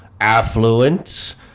affluent